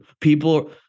people